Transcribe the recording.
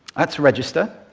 that's register.